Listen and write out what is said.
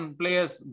players